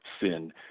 sin